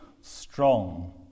strong